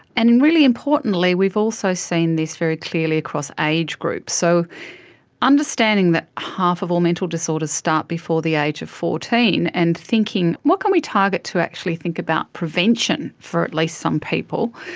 and and really importantly we've also seen this very clearly across age groups. so understanding that half of all mental disorders start before the age of fourteen and thinking what can we target to actually think about prevention for at least some people,